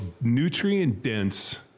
nutrient-dense